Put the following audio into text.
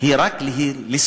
היא רק לשרוד